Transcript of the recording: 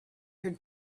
her